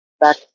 back